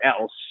else